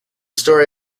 story